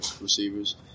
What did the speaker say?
receivers